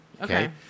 Okay